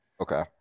okay